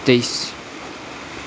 तेइस